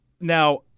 Now